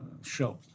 show